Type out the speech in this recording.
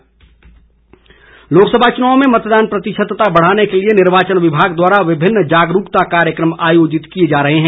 SVEEP Lok Sabha चुनाव में मतदान प्रतिशतता बढ़ाने के लिए निर्वाचन विभाग द्वारा विभिन्न जागरूकता कार्यक्रम आयोजित किए जा रहे हैं